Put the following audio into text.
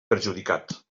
perjudicat